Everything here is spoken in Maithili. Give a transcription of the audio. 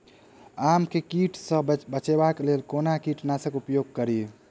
आम केँ कीट सऽ बचेबाक लेल कोना कीट नाशक उपयोग करि?